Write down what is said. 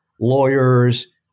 lawyers